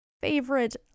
favorite